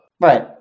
Right